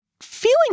Feeling